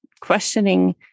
questioning